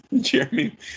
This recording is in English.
Jeremy